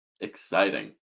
Exciting